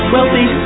Wealthy